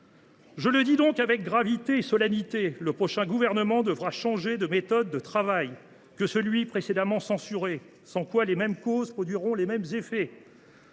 Je le dis donc avec gravité et solennité, le prochain gouvernement devra changer de méthode de travail par rapport au gouvernement censuré, sans quoi les mêmes causes produiront les mêmes effets.